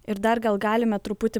ir dar gal galime truputį